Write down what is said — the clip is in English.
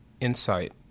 insight